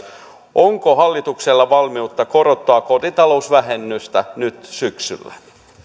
onko hallituksella valmiutta korottaa kotitalousvähennystä nyt syksyllä